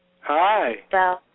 Hi